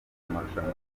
amarushanwa